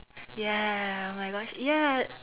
ya oh my gosh ya